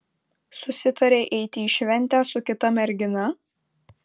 susitarei eiti į šventę su kita mergina